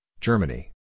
Germany